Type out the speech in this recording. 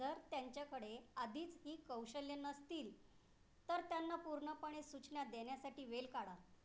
जर त्यांच्याकडे आधीच ही कौशल्य नसतील तर त्यांना पूर्णपणे सूचना देण्यासाठी वेळ काढा